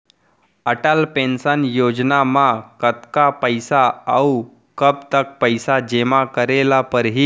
Atal pension Yojana म कतका पइसा, अऊ कब तक पइसा जेमा करे ल परही?